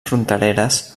frontereres